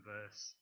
Verse